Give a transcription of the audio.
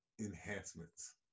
enhancements